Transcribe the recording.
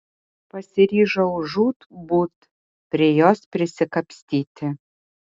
pasiryžau žūtbūt prie jos prisikapstyti